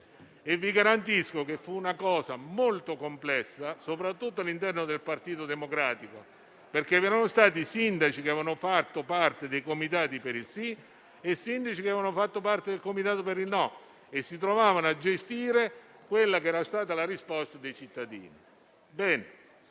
Vi garantisco che fu una cosa molto complessa, soprattutto all'interno del Partito Democratico, perché vi erano stati sindaci che avevano fatto parte del comitato per il sì e sindaci che avevano fatto parte del comitato per il no e si trovavano in quel momento a gestire la risposta dei cittadini.